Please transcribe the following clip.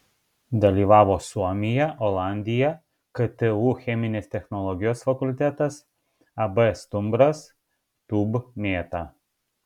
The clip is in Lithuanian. dalyvavo suomija olandija ktu cheminės technologijos fakultetas ab stumbras tūb mėta